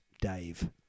Dave